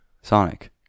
Sonic